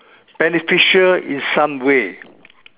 beneficial in some way